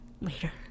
later